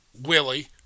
Willie